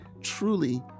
truly